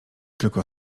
tylko